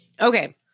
okay